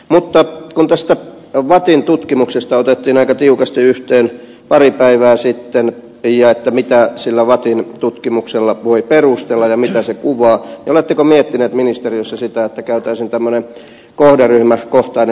mutta kun tästä vattin tutkimuksesta otettiin aika tiukasti yhteen pari päivää sitten että mitä sillä vattin tutkimuksella voi perustella ja mitä se kuvaa niin oletteko miettineet ministeriössä sitä että käytäisiin tämmöinen kohderyhmäkohtainen tarkastelu